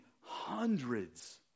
hundreds